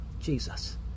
Jesus